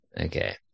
okay